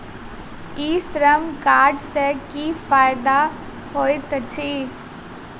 ई Shram card सँ की फायदा होइत अछि?